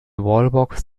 wallbox